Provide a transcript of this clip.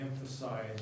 emphasize